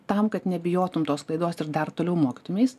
tam kad nebijotum tos klaidos ir dar toliau mokytumeis